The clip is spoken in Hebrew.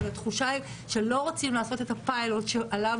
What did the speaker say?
היא שלא רוצים לעשות את הפיילוט עליו